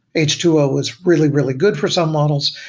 h two o is really, really good for some models,